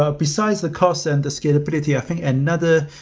ah besides the cost and the scalability, i think another